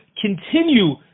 continue